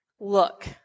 look